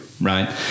Right